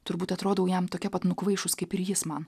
turbūt atrodau jam tokia pat nukvaišus kaip ir jis man